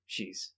jeez